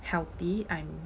healthy I'm